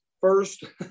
first